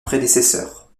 prédécesseur